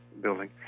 building